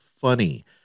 funny